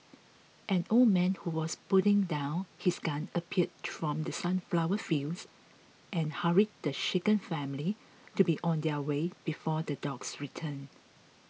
an old man who was putting down his gun appeared from the sunflower fields and hurried the shaken family to be on their way before the dogs return